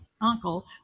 uncle